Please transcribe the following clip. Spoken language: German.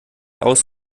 aus